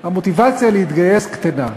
המוטיבציה להתגייס קטנה.